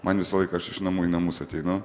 man visą laiką aš iš namų į namus ateinu